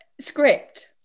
script